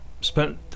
spent